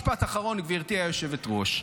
משפט אחרון, גברתי היושבת-ראש.